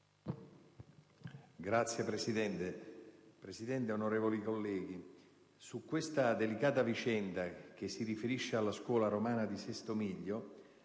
ricerca*. Signor Presidente, onorevoli colleghi, su questa delicata vicenda, che si riferisce alla scuola romana di Sesto Miglio,